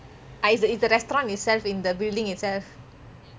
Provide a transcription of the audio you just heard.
ah is the is the restaurant itself in the building itself